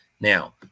Now